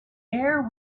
air